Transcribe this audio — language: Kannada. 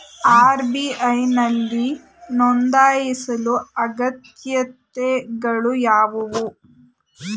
ಆರ್.ಬಿ.ಐ ನಲ್ಲಿ ನೊಂದಾಯಿಸಲು ಅಗತ್ಯತೆಗಳು ಯಾವುವು?